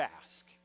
ask